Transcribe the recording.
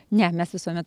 ne mes visuomet